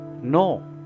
No